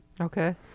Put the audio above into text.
Okay